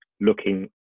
looking